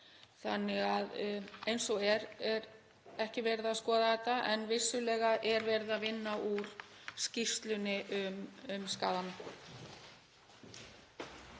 Þannig að eins og er er ekki verið að skoða þetta en vissulega er verið að vinna úr skýrslunni um skaðann.